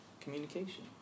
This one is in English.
communication